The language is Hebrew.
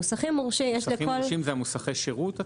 מוסך מורשה יש לכל --- מוסכים מורשים זה מוסכי שירות?